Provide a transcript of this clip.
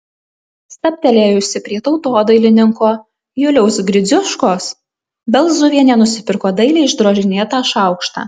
stabtelėjusi prie tautodailininko juliaus gridziuškos belzuvienė nusipirko dailiai išdrožinėtą šaukštą